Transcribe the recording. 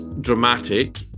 dramatic